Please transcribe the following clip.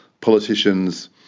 politicians